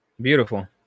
Beautiful